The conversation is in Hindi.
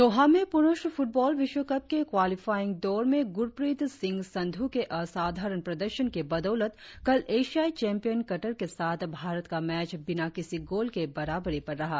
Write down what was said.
दोहा में पुरुष फुटबॉल विश्वकम के क्वालीफाइंग़ दौर में गुरप्रीत सिंह संध् के आसाधारण प्रदर्शन की बदौलत कल एशियाई चैंपियन कतर के साथ भारत का मैच बिना किसी गोल के बराबरी पर रहा